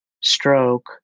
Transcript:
stroke